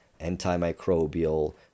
antimicrobial